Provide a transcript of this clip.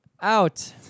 Out